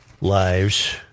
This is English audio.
lives